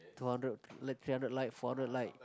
two hundred like three hundred like four hundred like